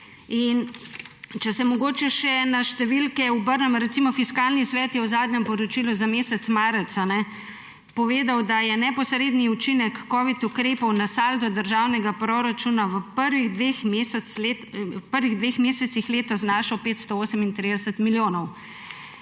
Če se mogoče obrnem še na številke. Fiskalni svet je v zadnjem poročilu za mesec marec povedal, da je neposredni učinek covid ukrepov na saldo državnega proračuna v prvih dveh mesecih letos znašal 538 milijonov.